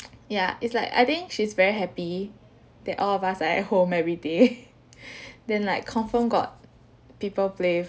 yeah it's like I think she's very happy that all of us are at home every day then like confirm got people play with